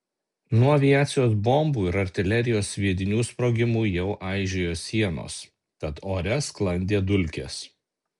nuo aviacijos bombų ir artilerijos sviedinių sprogimų jau aižėjo sienos tad ore sklandė dulkės